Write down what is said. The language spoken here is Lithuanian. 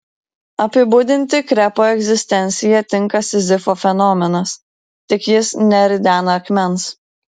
apibūdinti krepo egzistenciją tinka sizifo fenomenas tik jis neridena akmens